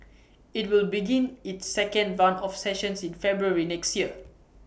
IT will begin its second run of sessions in February next year